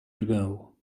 drgnął